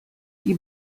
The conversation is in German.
die